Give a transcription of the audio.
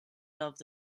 loved